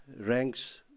rank's